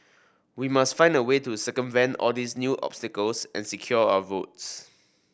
we must find a way to circumvent all these new obstacles and secure our votes